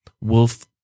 wolf